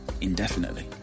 indefinitely